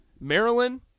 Maryland